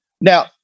Now